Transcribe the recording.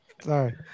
sorry